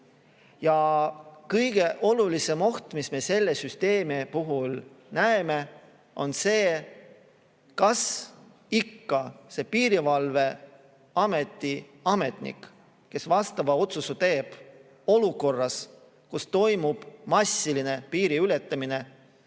Ja kõige olulisem oht, mida me selle süsteemi puhul näeme, on see, kas ikka see piirivalveametnik, kes vastava otsuse teeb olukorras, kus toimub massiline piiriületamine,